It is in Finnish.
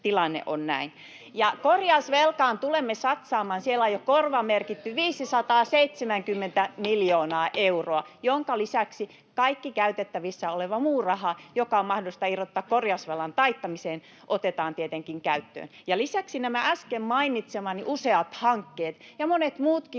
tilanne on näin. Ja korjausvelkaan tulemme satsaamaan. Siellä on jo korvamerkitty 570 miljoonaa euroa, minkä lisäksi kaikki käytettävissä oleva muu raha, joka on mahdollista irrottaa korjausvelan taittamiseen, otetaan tietenkin käyttöön. Lisäksi nämä äsken mainitsemani useat hankkeet ja monet muutkin